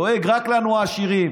דואג רק לנו העשירים,